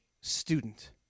student